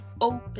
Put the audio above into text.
open